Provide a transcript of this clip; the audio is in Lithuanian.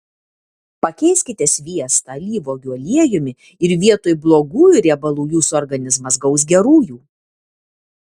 pakeiskite sviestą alyvuogių aliejumi ir vietoj blogųjų riebalų jūsų organizmas gaus gerųjų